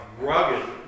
rugged